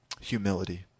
Humility